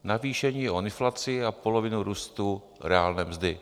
Navýšení o inflaci a polovinu růstu reálné mzdy.